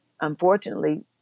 unfortunately